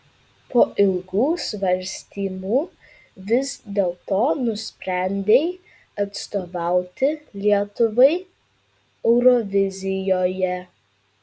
po ilgų svarstymų vis dėlto nusprendei atstovauti lietuvai eurovizijoje